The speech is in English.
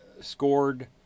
scored